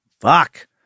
Fuck